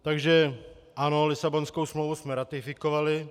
Takže ano, Lisabonskou smlouvu jsme ratifikovali.